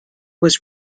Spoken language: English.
was